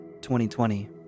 2020